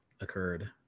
occurred